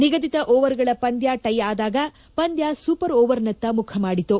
ನಿಗದಿತ ಓವರ್ಗಳ ಪಂದ್ಯ ಟೈ ಆದಾಗ ಪಂದ್ಯ ಸೂಪರ್ ಓವರ್ನತ್ತ ಮುಖ ಮಾಡಿತು